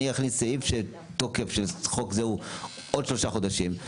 אני אכניס סעיף שתוקף חוק זה הוא עוד שלושה חודשים,